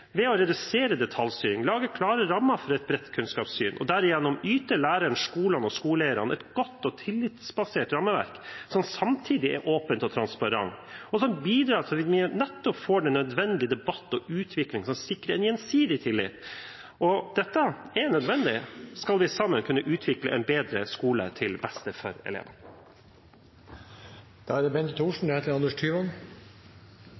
ved å redusere detaljstyring, lage klare rammer for et bredt kunnskapssyn og derigjennom yte lærerne, skolene og skoleeierne et godt og tillitsbasert rammeverk, som samtidig er åpent og transparent, og som bidrar til at vi får den nødvendige debatt og utvikling som sikrer en gjensidig tillit. Dette er nødvendig om vi sammen skal kunne utvikle en bedre skole, til beste for elevene. Jeg må også si at jeg er